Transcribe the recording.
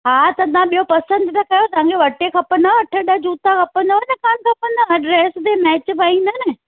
हा त तव्हां ॿियो पसंदि न कयो तव्हांजे ॿ टे खपंदव अठ ॾह जूता खपंदव न कोन्ह खपंदव हर ड्रेस ते मैच पाईंदा न